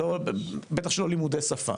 בטח שלא לימודי שפה.